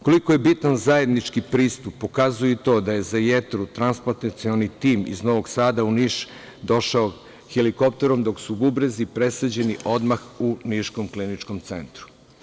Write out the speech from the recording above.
Koliko je bitan zajednički pristup pokazuje i to da je za jetru transplantacioni tim iz Novog Sada u Niš, došao helikopterom, dok su bubrezi presađeni odmah u niškom Kliničkom centru.